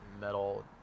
metal